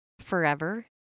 forever